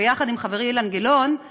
ביחד עם חברי אילן גילאון,